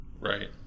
right